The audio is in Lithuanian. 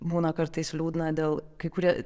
būna kartais liūdna dėl kai kurie